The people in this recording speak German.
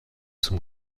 zum